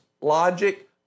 logic